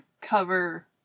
cover